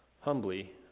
humbly